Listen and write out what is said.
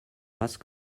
rase